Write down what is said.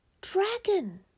dragon